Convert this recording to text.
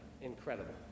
Incredible